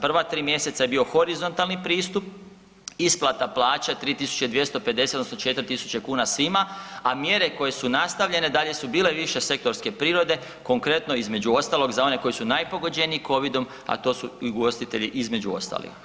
Prva tri mjeseca je bio horizontalni pristup isplata plaća 3.250 odnosno 4.000 kuna svima, a mjere koje su nastavljene dalje su bile više sektorske prirode, konkretno između ostalog za one koji su najpogođeniji covidom, a to su i ugostitelji između ostalih.